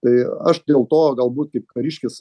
tai aš dėl to galbūt kaip kariškis